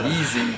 Easy